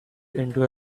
into